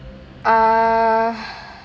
uh